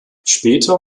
später